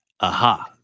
aha